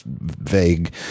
vague